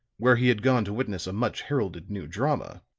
where he had gone to witness a much heralded new drama,